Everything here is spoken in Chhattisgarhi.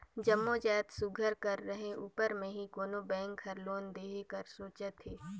जम्मो जाएत सुग्घर कर रहें उपर में ही कोनो बेंक हर लोन देहे कर सोंचथे